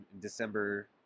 December